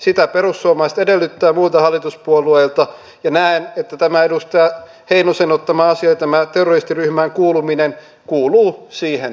sitä perussuomalaiset edellyttää muilta hallituspuolueilta ja näen että tämä edustaja heinosen esille ottama asia tämä terroristiryhmään kuuluminen kuuluu siihen pakettiin